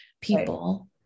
people